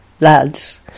lads